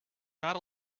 not